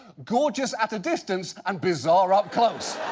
gorgeous at a distance and bizarre up close.